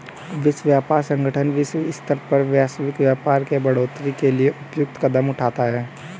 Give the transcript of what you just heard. विश्व व्यापार संगठन विश्व स्तर पर वैश्विक व्यापार के बढ़ोतरी के लिए उपयुक्त कदम उठाता है